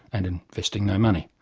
and investing no money.